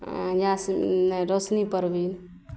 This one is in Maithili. याश नहि रौशनी परवीन